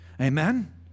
Amen